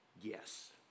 Yes